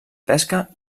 pesca